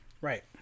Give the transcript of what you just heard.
Right